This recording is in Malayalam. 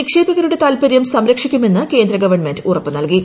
നിക്ഷേപകരുടെ താൽപരൃം സംരക്ഷിക്കുമെന്ന് കേന്ദ്ര ഗവൺമെന്റ് ഉറപ്പ് നൽകി